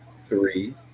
three